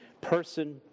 person